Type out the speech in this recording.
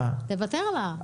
תוותר לה.